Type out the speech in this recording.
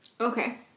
Okay